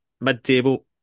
Mid-table